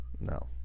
no